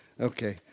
Okay